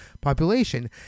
population